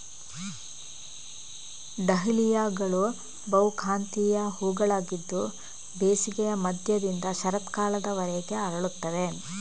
ಡಹ್ಲಿಯಾಗಳು ಬಹುಕಾಂತೀಯ ಹೂವುಗಳಾಗಿದ್ದು ಬೇಸಿಗೆಯ ಮಧ್ಯದಿಂದ ಶರತ್ಕಾಲದವರೆಗೆ ಅರಳುತ್ತವೆ